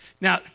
Now